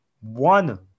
one